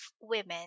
women